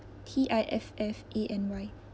T I F F A N Y